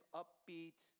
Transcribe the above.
upbeat